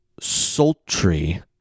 Sultry